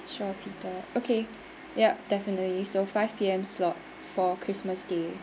sure peter okay yup definitely so five P_M slot for christmas day